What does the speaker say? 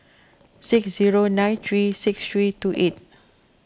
six zero nine three six three two eight